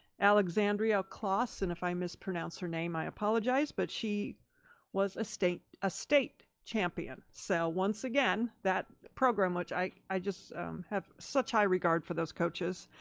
alexandria clause, and if i mispronounced her name, i apologize, but she was a state ah state champion. so once again, that program, which i i just have such high regard for those coaches,